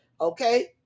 Okay